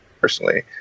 Personally